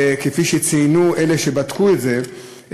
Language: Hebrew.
כפי שציינו אלה שבדקו את זה,